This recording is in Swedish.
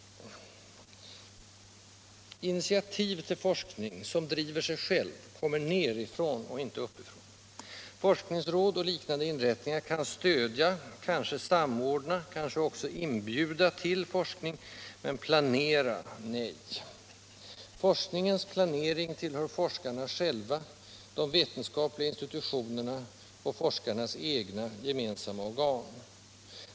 Initiativ till forskning som driver sig själv kommer nedifrån och inte uppifrån. Forskningsråd och liknande inrättningar kan stödja, kanske Nr 104 samordna, kanske också inbjuda till forskning, men planera — nej. Forsk Tisdagen den ningens planering tillhör forskarna själva, de vetenskapliga institutio 12 april 1977 nerna och forskarnas egna gemensamma organ.